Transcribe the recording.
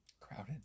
Crowded